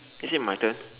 is it my turn